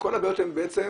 שכל הבעיות הן בעצם